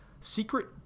secret